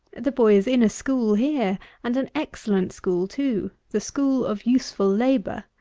the boy is in a school here and an excellent school too the school of useful labour.